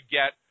get